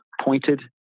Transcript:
pointed